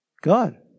God